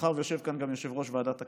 מאחר שיושב כאן גם יושב-ראש ועדת הכספים,